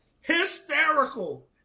hysterical